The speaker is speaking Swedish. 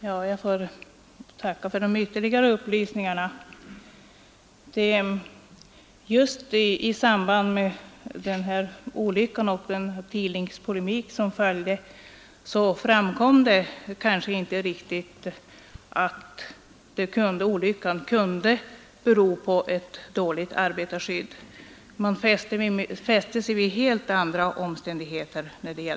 Herr talman! Jag tackar för de ytterligare upplysningar kommunikationsministern lämnade. I samband med den olycka jag tidigare nämnde och den tidningspolemik som sedan följde framkom det kanske inte riktigt att olyckan kunde bero på ett dåligt arbetarskydd. Man fäste sig vid helt andra omständigheter.